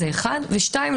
ושתיים,